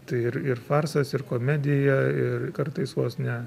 tai ir ir farsas ir komedija ir kartais vos ne